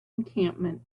encampment